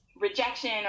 rejection